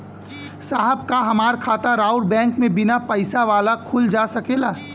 साहब का हमार खाता राऊर बैंक में बीना पैसा वाला खुल जा सकेला?